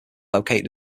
located